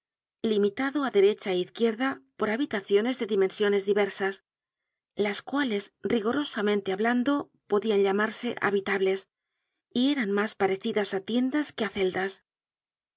limitado á derecha é izquierda por habitaciones de dimensiones diversas las cuales rigorosamente hablando podian llamarse habitables y eran mas parecidas á tiendas que á celdas